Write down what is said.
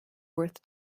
worth